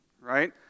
right